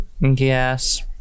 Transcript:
yes